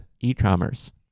e-commerce